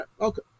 okay